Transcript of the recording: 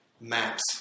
maps